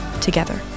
together